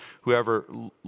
whoever